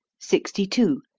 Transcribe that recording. sixty two.